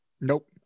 nope